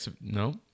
no